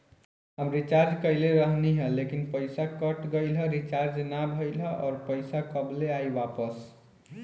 हम रीचार्ज कईले रहनी ह लेकिन पईसा कट गएल ह रीचार्ज ना भइल ह और पईसा कब ले आईवापस?